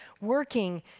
working